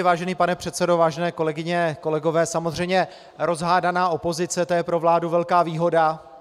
Vážený pane předsedo, vážené kolegyně, kolegové, samozřejmě rozhádaná opozice, to je pro vládu velká výhoda.